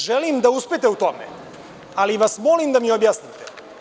Želim da uspete u tome, ali vas molim da mi objasnite.